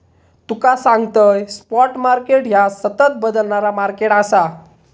तुका सांगतंय, spot market ह्या सतत बदलणारा मार्केट आसा